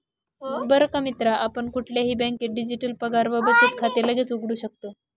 बर का मित्रा आपण कुठल्याही बँकेत डिजिटल पगार व बचत खाते लगेच उघडू शकतो